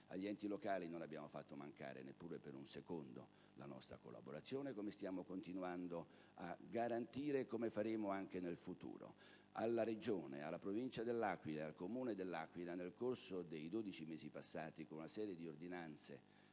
Agli enti locali non abbiamo fatto mancare neppure per un secondo la nostra collaborazione, che stiamo continuando a garantire, come faremo anche nel futuro; alla Regione, alla Provincia dell'Aquila e al Comune dell'Aquila, nel corso dei dodici mesi passati, con una serie di ordinanze,